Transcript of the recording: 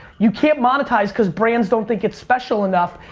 you can't monetize, because brands don't think it's special enough,